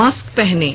mask पहनें